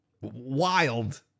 Wild